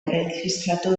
erregistratu